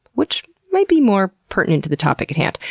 which might be more pertinent to the topic at hand.